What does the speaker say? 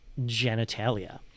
genitalia